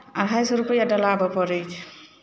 अढ़ाइ सए रुपैआ डलाबय पड़ैत छै